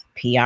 PR